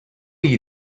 you